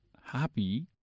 happy